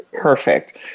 Perfect